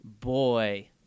boy